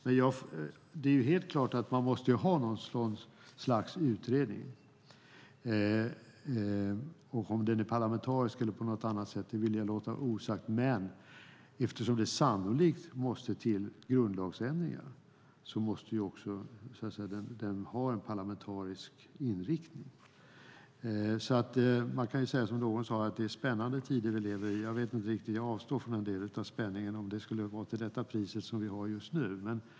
Men det är helt klart att det måste ske någon sorts utredning, parlamentariskt eller på annat sätt vill jag låta vara osagt. Men eftersom det sannolikt måste till grundlagsändringar måste utredningen ha en parlamentarisk inriktning. Någon sade att vi lever i spännande tider. Jag avstår från en del av spänningen om den är till rådande pris.